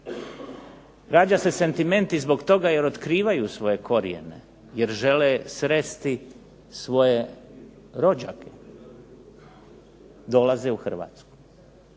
rađa se sentimenti zbog toga jer otkrivaju svoje korijene jer žele sresti svoje rođake, dolaze u Hrvatsku.